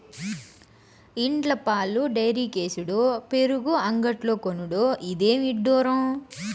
ఇండ్ల పాలు డైరీకేసుడు పెరుగు అంగడ్లో కొనుడు, ఇదేమి ఇడ్డూరం